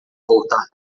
voltar